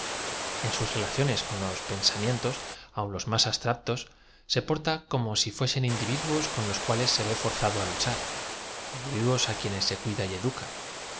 en sus relaciones con los pensamientos un lod más abstractos se porta como si fuesen inditíduos con los cuales se y e forzado á luchar indivi dnob quienes se cnida y educa